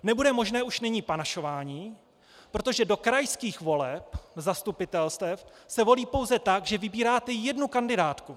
Nebude už nyní možné panašování, protože do krajských voleb zastupitelstev se volí pouze tak, že vybíráte jednu kandidátku.